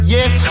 Yes